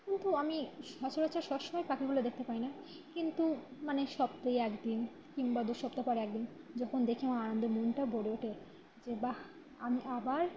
কিন্তু আমি সচরাচর সবসময় পাখিগুলো দেখতে পাই না কিন্তু মানে সপ্তায় একদিন কিংবা দু সপ্তাহ পরে একদিন যখন দেখি আমার আনন্দে মনটা ভরে ওঠে যে বাহ্ আমি আবার